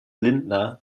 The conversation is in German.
lindner